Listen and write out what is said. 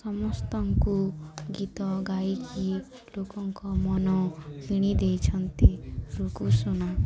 ସମସ୍ତଙ୍କୁ ଗୀତ ଗାଇକି ଲୋକଙ୍କ ମନ କିଣି ଦେଇଛନ୍ତି ରୁକୁସୁନା